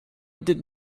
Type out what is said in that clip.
did